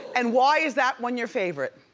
and why is that one your favorite?